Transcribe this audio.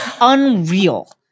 unreal